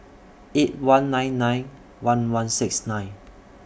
eight one nine nine one one six nine